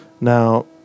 Now